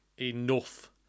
enough